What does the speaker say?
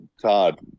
Todd